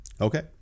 Okay